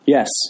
Yes